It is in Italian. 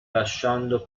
lasciando